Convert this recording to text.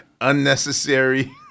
unnecessary